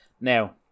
Now